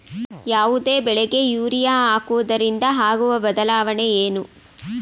ಯಾವುದೇ ಬೆಳೆಗೆ ಯೂರಿಯಾ ಹಾಕುವುದರಿಂದ ಆಗುವ ಬದಲಾವಣೆ ಏನು?